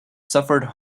suffered